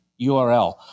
URL